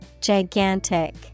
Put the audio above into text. Gigantic